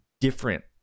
different